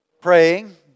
praying